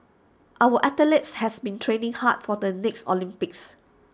our athletes has been training hard for the next Olympics